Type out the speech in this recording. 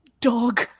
dog